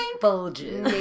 bulges